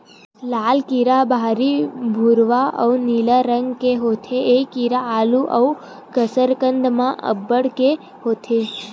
लाल कीरा ह बहरा भूरवा अउ नीला रंग के होथे ए कीरा आलू अउ कसरकंद म अब्बड़ के होथे